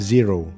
Zero